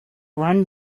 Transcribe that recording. run